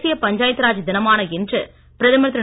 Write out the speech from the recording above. தேசிய பஞ்சாயத் ராஜ் தினமான இன்று பிரதமர் திரு